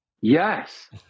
Yes